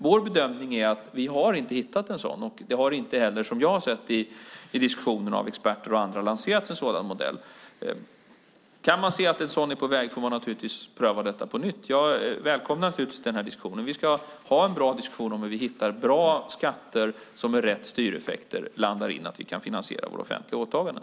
Vår bedömning är att vi inte har hittat en sådan. Vad jag sett i diskussionen har inte heller några experter eller andra lanserat en sådan modell. Kan man se att en sådan är på väg får man naturligtvis pröva detta på nytt. Jag välkomnar den här diskussionen. Vi ska ha en bra diskussion om hur vi hittar bra skatter som med rätt styreffekter gör att vi kan finansiera våra offentliga åtaganden.